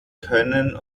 können